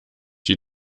die